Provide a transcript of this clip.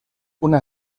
una